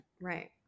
Right